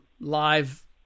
live